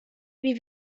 wie